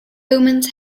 omens